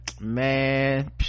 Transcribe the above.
man